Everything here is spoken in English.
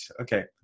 Okay